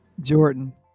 Jordan